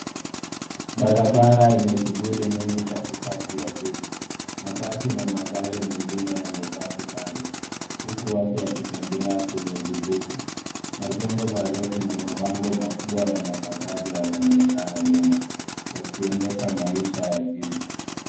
Barabara yenye shughuli nyingi katikati ya jiji. Mabasi na magari mengine yamepaki kando huku watu wakitembea kwenye vifuko. Majengo marefu na mabango makubwa ya matangazo yanaonekana nyuma, yakionyesha maisha ya jiji..